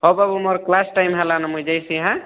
ହଁ ବାବୁ ମୋର କ୍ଲା୍ସ୍ ଟାଇମ୍ ହେଲାନ ମୁଁ ଯାଉଛେ ହାଁ